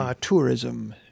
Tourism